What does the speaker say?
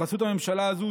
בחסות הממשלה הזו,